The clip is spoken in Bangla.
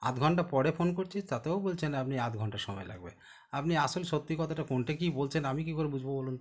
আধ ঘণ্টা পরে ফোন করছি তাতেও বলছেন আপনি আধঘণ্টা সময় লাগবে আপনি আসল সত্যি কথাটা কোনটা কী বলছেন আমি কী করে বুঝব বলুন তো